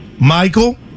Michael